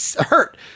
hurt